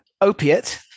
opiate